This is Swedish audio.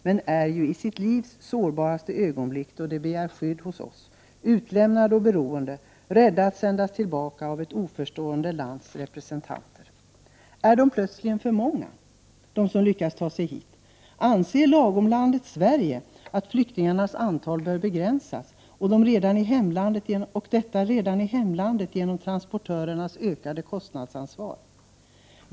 Men det är ju i sitt livs sårbaraste ögonblick som de begär skydd hos oss — utlämnade och beroende samt rädda att sändas tillbaka av ett oförstående lands representanter. Är de som lyckats ta sig hit plötsligt för många? Anser lagomlandet Sverige att flyktingarnas antal bör begränsas — och det redan i hemlandet genom transportörernas ökade kostnadsansvar?